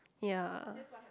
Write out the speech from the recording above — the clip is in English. ya